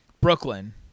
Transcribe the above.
Brooklyn